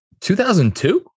2002